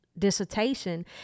dissertation